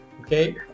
okay